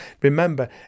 Remember